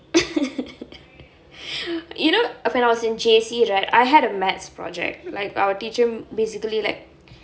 you know when I was in J_C right I had a mathematics project like our teacher physically like